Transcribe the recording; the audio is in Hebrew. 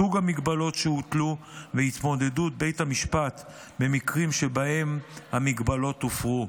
סוג ההגבלות שהוטלו והתמודדות בית המשפט במקרים שבהם ההגבלות הופרו.